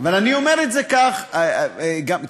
אני אומר את זה כך: תשמעי,